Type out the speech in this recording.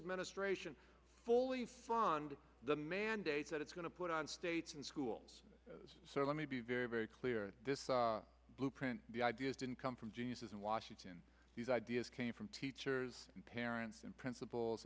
administration fully fund the mandate that it's going to put on states and schools so let me be very very clear this blueprint the ideas didn't come from geniuses in washington these ideas came from teachers and parents and principals